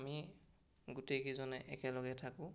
আমি গোটেইকেইজনে একেলগে থাকোঁ